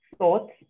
thoughts